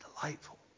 delightful